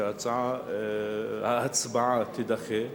שההצבעה תידחה.